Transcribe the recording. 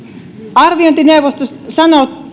arviointineuvosto sanoo